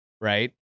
right